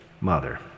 mother